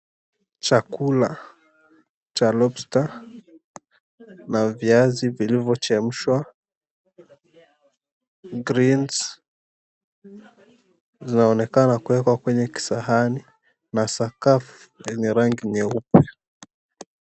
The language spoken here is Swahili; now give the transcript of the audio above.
Chakula cha lobster na viazi vilivyochemshwa. Greens zinaonekana kuwekwa kwenye kisahani na sakafu lenye rangi nyeupe.